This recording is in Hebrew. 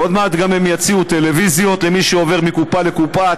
עוד מעט הם גם יציעו טלוויזיות למי שעובר מקופה לקופה,